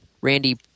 Randy